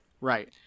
Right